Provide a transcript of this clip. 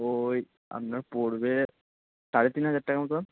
ওই আপনার পড়বে সাড়ে তিন হাজার টাকা মতো